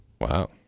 wow